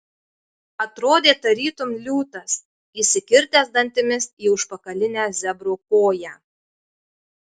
atrodė tarytum liūtas įsikirtęs dantimis į užpakalinę zebro koją